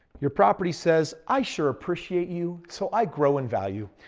your property says, i sure appreciate you. so i grow in value.